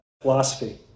philosophy